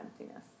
emptiness